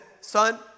son